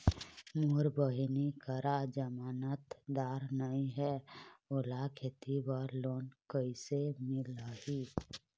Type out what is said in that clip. मोर बहिनी करा जमानतदार नई हे, ओला खेती बर लोन कइसे मिलही?